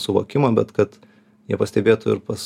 suvokimą bet kad jie pastebėtų ir pas